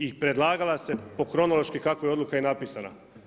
I predlagala se po kronološki kako je odluka i natpisana.